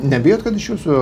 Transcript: nebijot kad iš jūsų